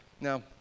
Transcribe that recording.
Now